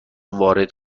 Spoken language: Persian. وارد